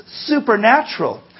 supernatural